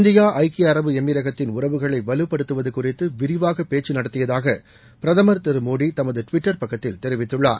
India ஐக்கிய அரபு எமிரகத்தின் உறவுகளை வலுப்படுத்துவது குறித்து விரிவாக பேச்சு நடத்தியதாக பிரதமர் திரு மோடி தமது டுவிட்டர் பக்கத்தில் தெரிவித்துள்ளார்